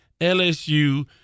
LSU